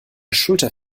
schulter